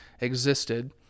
existed